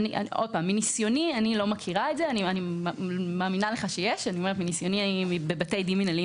אני לא מכירה שיש את זה בחקיקה ראשית מניסיוני בבתי דין מינהליים,